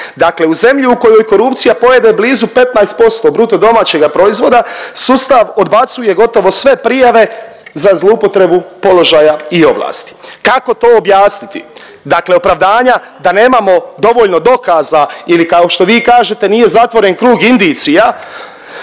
Dakle, u zemlji u kojoj korupcija pojede blizu 15% BDP-a sustav odbacuje gotovo sve prijave za zlouporabu položaja i ovlasti. Kako to objasniti? Dakle, opravdanja da nemamo dovoljno dokaza ili kao što vi kažete nije zatvoren krug indicija